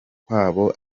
kwabo